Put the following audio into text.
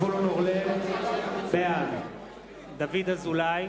זבולון אורלב, בעד דוד אזולאי,